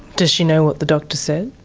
does she know what the doctor said?